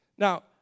Now